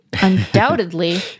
undoubtedly